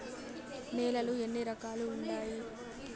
నేలలు ఎన్ని రకాలు వుండాయి?